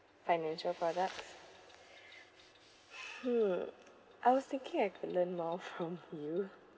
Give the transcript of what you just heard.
financial products hmm I was thinking I could learn more from you